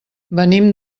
venim